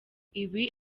ibi